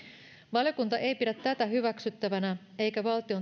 valiokunta ei pidä tätä hyväksyttävänä eikä valtion